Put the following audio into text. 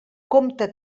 compte